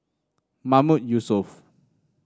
Mahmood Yusof